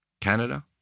Canada